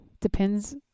depends